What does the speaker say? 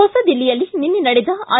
ಹೊಸದಿಲ್ಲಿಯಲ್ಲಿ ನಿನ್ನೆ ನಡೆದ ಐ